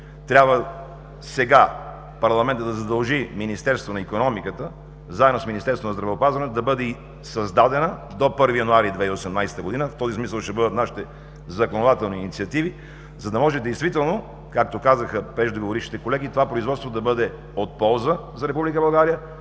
трябва сега парламентът да задължи Министерството на икономиката, заедно с Министерството на здравеопазването, да бъде създадена до 1 януари 2018 г. В този смисъл ще бъдат нашите законодателни инициативи, за да може действително, както казаха преждеговорившите колеги, това производство да бъде от полза за